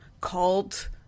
called